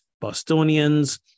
Bostonians